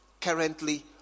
Currently